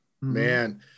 man